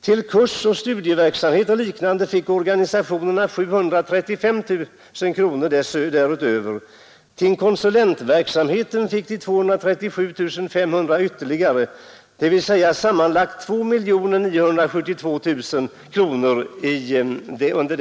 Till kursoch studieverksamhet och liknande under budgetåret fick organisationerna 735 000 kronor därutöver, till konsulentverksamheten 237 500 ytterligare, dvs. sammanlagt 2972 000 kronor.